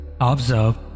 Observe